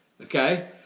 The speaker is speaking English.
Okay